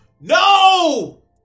no